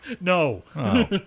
no